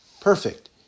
perfect